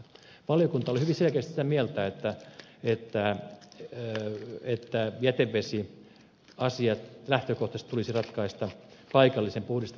valiokunta oli hyvin selkeästi sitä mieltä että niitä ei enää yhtään jätevesi asiat jätevesiasiat tulisi lähtökohtaisesti ratkaista paikallisen puhdistamon kautta